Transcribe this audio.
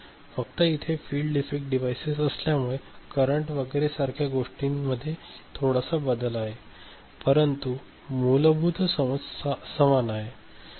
फक्त इथे field effect device असल्यामुळे करंट वैगैरे सारख्या गोष्टीमध्ये थोडासा बदल आहे परंतु मूलभूत समज समान आहे